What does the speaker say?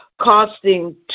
costing